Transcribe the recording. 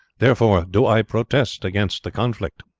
therefore do i protest against the conflict.